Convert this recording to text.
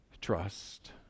trust